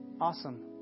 Awesome